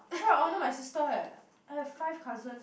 bride of honour my sister eh I have five cousins eh